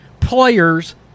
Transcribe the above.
players